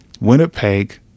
Winnipeg